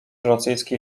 rosyjski